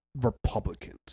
Republicans